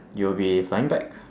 you'll be flying back